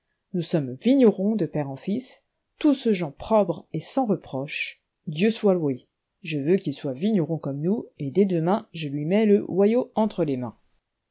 nous sommes vignerons de père en fils tous gens probes et sans reproches dieu soit loué je veux qu'il soit vigneron comme nous et dès demain je lui mets le hoyau entre les mains